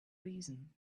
reason